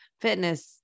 fitness